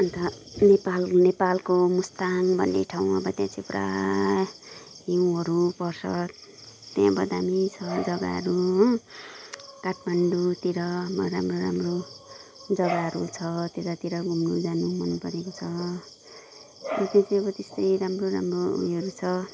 अन्त नेपाल नेपालको मुस्ताङ भन्ने ठाउँमा पनि पुरा हिउँहरू पर्छ त्यहाँ पनि दामी छ जगाहरू हो काठमाडौँ तिर राम्रो राम्रो जगाहरू छ त्यतातिर घुम्नु जानु मन परेको छ त्यहाँ चाहिँ अब राम्रो राम्रो उयोहरू छ